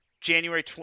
January